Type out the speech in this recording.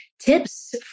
tips